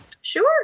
Sure